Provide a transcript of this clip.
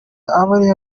abari